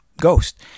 ghost